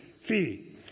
Fee